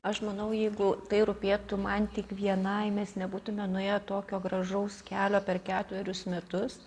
aš manau jeigu tai rūpėtų man tik vienai mes nebūtumėme nuėję tokio gražaus kelio per ketverius metus